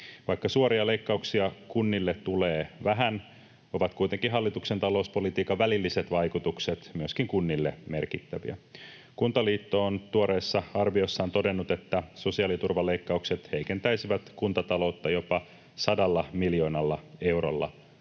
Vaikka suoria leikkauksia kunnille tulee vähän, ovat kuitenkin hallituksen talouspolitiikan välilliset vaikutukset myöskin kunnille merkittäviä. Kuntaliitto on tuoreessa arviossaan todennut, että sosiaaliturvaleikkaukset heikentäisivät kuntataloutta jopa 100 miljoonalla eurolla